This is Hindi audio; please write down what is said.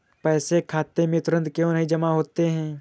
पैसे खाते में तुरंत क्यो नहीं जमा होते हैं?